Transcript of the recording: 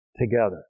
together